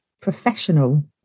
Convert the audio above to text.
professional